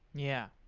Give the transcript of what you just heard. yeah.